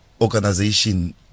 organization